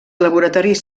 laboratoris